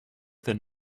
than